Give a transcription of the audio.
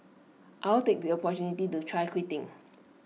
I'll take the opportunity to try quitting